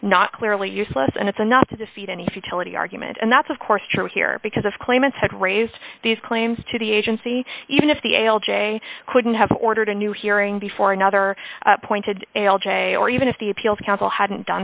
not clearly useless and it's enough to defeat any futility argument and that's of course true here because of claimants had raised these claims to the agency even if the l j couldn't have ordered a new hearing before another pointed l j or even if the appeals council hadn't done